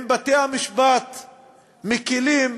אם בתי-המשפט מקִלים,